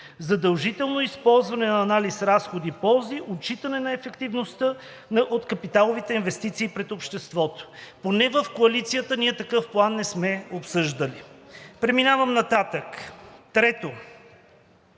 Задължително използване на анализ разходи – ползи, отчитане на ефективността от капиталовите инвестиции пред обществото.“ Поне в Коалицията ние такъв план не сме обсъждали. Преминавам нататък. Трето,